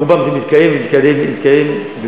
ברובן זה מתקיים ומתקדם יפה,